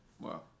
Wow